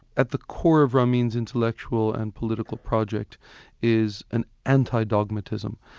at the core of ramin's intellectual and political project is an anti-dogmatism,